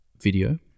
video